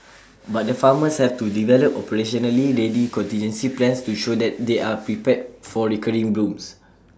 but the farmers have to develop operationally ready contingency plans to show that they are prepared for recurring blooms